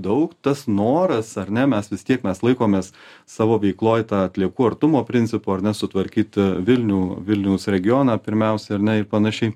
daug tas noras ar ne mes vis tiek mes laikomės savo veikloj tą atliekų artumo principu ar ne sutvarkyt vilnių vilniaus regioną pirmiausia ar ne ir panašiai